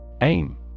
AIM